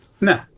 No